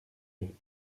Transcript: eux